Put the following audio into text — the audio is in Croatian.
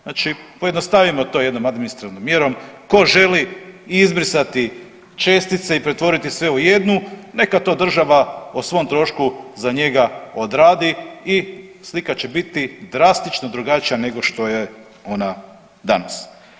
Znači pojednostavimo to jednom administrativnom mjerom, tko želi izbrisati čestice i pretvoriti sve u jednu neka to država o svom trošku za njega odradi i slika će biti drastično drugačija nego što je ona danas.